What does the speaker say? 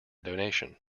donation